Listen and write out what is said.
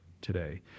today